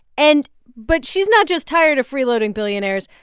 and but she's not just tired of freeloading billionaires.